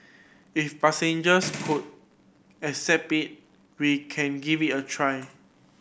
if passengers could accept we can give it a try